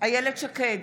אילת שקד,